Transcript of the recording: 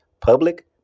public